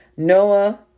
Noah